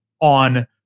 on